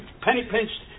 penny-pinched